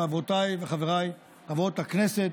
חברותיי וחבריי חברות הכנסת,